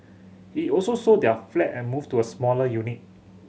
he also sold their flat and moved to a smaller unit